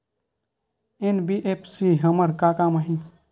NBFC हमर का काम आही?